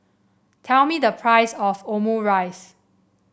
tell me the price of Omurice